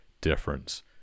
difference